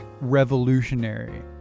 revolutionary